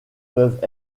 peuvent